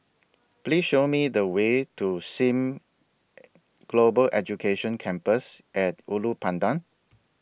Please Show Me The Way to SIM Global Education Campus At Ulu Pandan